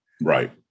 Right